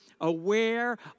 aware